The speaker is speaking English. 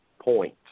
point